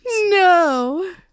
No